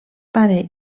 pare